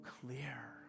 clear